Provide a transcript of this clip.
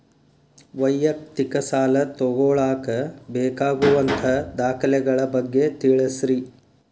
ವೈಯಕ್ತಿಕ ಸಾಲ ತಗೋಳಾಕ ಬೇಕಾಗುವಂಥ ದಾಖಲೆಗಳ ಬಗ್ಗೆ ತಿಳಸ್ರಿ